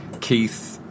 Keith